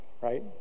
right